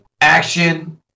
action